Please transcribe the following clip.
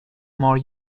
more